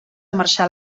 marxar